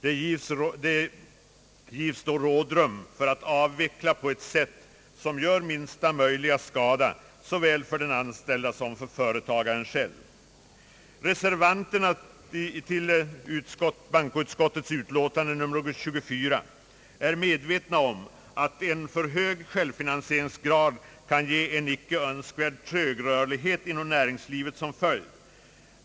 Det givs då rådrum för att avveckla på ett sätt som gör minsta möjliga skada såväl för den anställde som för företagaren själv. Reservanterna till bankoutskottets utlåtande nr 24 är medvetna om att en för hög självfinansieringsgrad kan ge en icke önskvärd trögrörlighet inom näringslivet som följd.